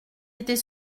était